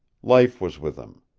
life was with him.